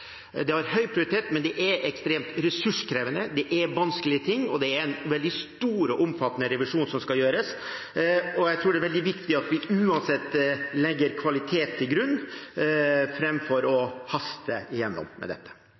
Det har høy prioritet, men det er ekstremt ressurskrevende. Det er vanskelige ting, og det er en veldig stor og omfattende revisjon som skal gjøres. Jeg tror det er veldig viktig at vi uansett legger kvalitet til grunn framfor å haste gjennom med dette.